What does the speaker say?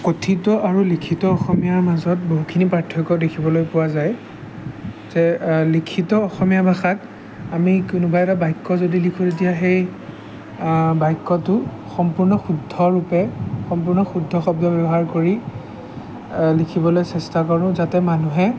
কথিত আৰু লিখিত অসমীয়াৰ মাজত বহুখিনি পাৰ্থক্য দেখিবলৈ পোৱা যায় যে লিখিত অসমীয়া ভাষাত আমি কোনোবা এটা বাক্য লিখোঁ তেতিয়া সেই বাক্যটো সম্পূৰ্ণ শুদ্ধৰূপে সম্পূৰ্ণ শুদ্ধ শব্দ ব্যৱহাৰ কৰি লিখিবলৈ চেষ্টা কৰোঁ যাতে মানুহে